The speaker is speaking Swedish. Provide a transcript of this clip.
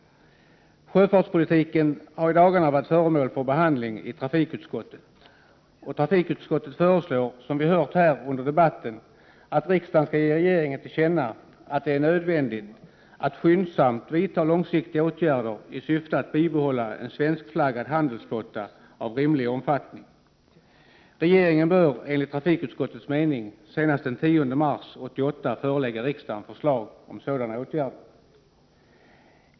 Sjöfartspolitiken har i dagarna varit föremål för behandling i trafikutskottet. Trafikutskottet föreslår, som vi hört här under debatten, att riksdagen skall ge regeringen till känna att det är nödvändigt att skyndsamt vidta långsiktiga åtgärder i syfte att bibehålla en svenskflaggad handelsflotta av rimlig omfattning. Regeringen bör enligt trafikutskottets mening senast den 10 mars 1988 förelägga riksdagen förslag om sådana åtgärder.